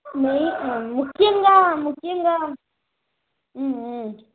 నీ ముఖ్యంగా ముఖ్యంగా